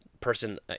person